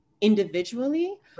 individually